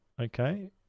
okay